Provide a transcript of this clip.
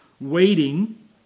waiting